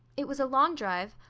it was a long drive,